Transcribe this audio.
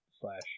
slash